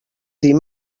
dir